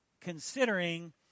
considering